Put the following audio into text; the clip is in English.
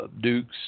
dukes